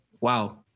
Wow